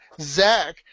Zach